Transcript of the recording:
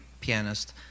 pianist